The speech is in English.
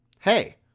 Hey